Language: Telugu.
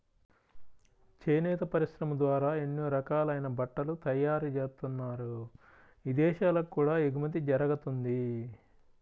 చేనేత పరిశ్రమ ద్వారా ఎన్నో రకాలైన బట్టలు తయారుజేత్తన్నారు, ఇదేశాలకు కూడా ఎగుమతి జరగతంది